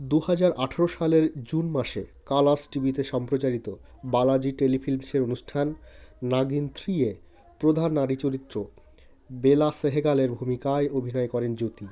দু হাজার আঠেরো সালের জুন মাসে কালাস টিভিতে সম্প্রচারিত বালাজি টেলিফিল্মসের অনুষ্ঠান নাগিন থ্রিয়ে প্রধান নারী চরিত্র বেলা সেহগালের ভূমিকায় অভিনয় করেন জ্যোতি